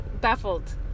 baffled